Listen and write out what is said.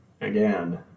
again